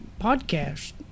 podcast